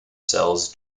sells